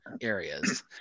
areas